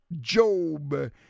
Job